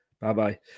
Bye-bye